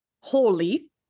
holy